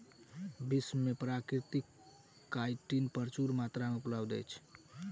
विश्व में प्राकृतिक काइटिन प्रचुर मात्रा में उपलब्ध अछि